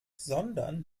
sondern